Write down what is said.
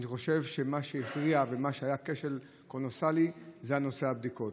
אני חושב שמה שהפריע ומה שהיה כשל קולוסלי זה נושא הבדיקות.